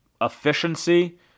efficiency